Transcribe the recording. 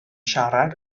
siarad